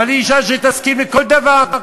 אבל היא אישה שתסכים לכל דבר.